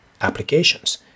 applications